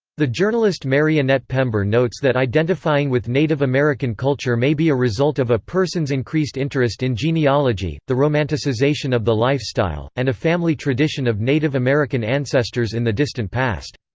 the journalist mary annette pember notes that identifying with native american culture may be a result of a person's increased interest in genealogy, the romanticization of the lifestyle, and a family tradition of native american ancestors in the distant past.